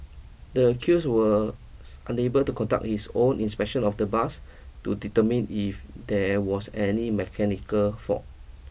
the accused were unable to conduct his own inspection of the bus to determine if there was any mechanical fault